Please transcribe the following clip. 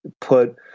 put